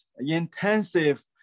intensive